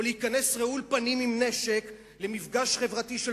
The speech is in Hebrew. או להיכנס רעול פנים עם נשק למפגש חברתי של